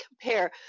compare